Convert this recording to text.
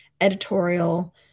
editorial